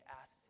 asked